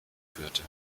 führte